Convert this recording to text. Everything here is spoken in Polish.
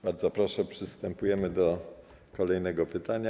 Bardzo proszę, przystępujemy do kolejnego pytania.